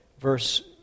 verse